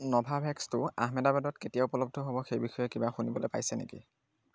নভাভেক্সটো আহমেদাবাদত কেতিয়া উপলব্ধ হ'ব সেইবিষয়ে কিবা শুনিবলৈ পাইছে নেকি